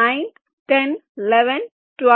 9 10 11 12 13 14